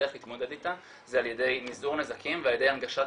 הדרך להתמודד איתה זה על ידי מיזעור נזקים ועל ידי הנגשת